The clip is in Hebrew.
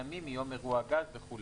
מיום אירוע גז וכו'".